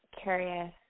curious